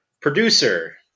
producer